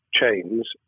chains